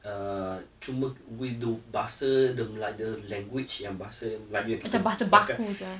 uh cuma with the bahasa the like the language yang bahasa melayu yang kita pakai